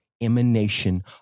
emanation